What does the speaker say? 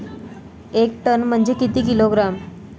एक टन म्हनजे किती किलोग्रॅम?